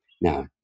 now